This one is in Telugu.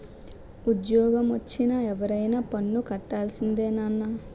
ఉజ్జోగమొచ్చిన ఎవరైనా పన్ను కట్టాల్సిందే నాన్నా